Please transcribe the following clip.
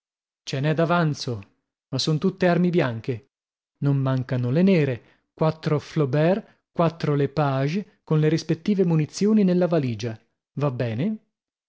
bastano ce n'è d'avanzo ma son tutte armi bianche non mancano le nere quattro flobert quattro lepage con le rispettive munizioni nella valigia va bene